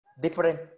different